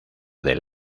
del